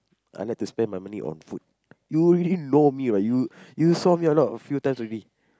I like to spend my money on food you already know me what you you saw me a lot a few times already